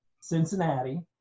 Cincinnati